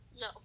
No